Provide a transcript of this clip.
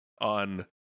on